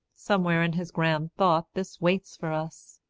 somewhere in his grand thought this waits for us.